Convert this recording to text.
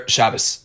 Shabbos